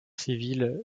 civile